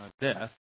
death